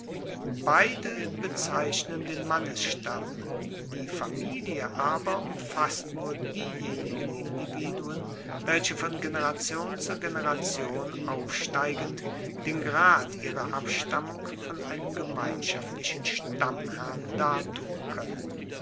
beide bezeichnen den mannesstamm die familie aber umfasst nur diejenigen individuen welche von generation zu generation aufsteigend den grad ihrer abstammung von einem gemeinschaftlichen stammherrn dartun koennen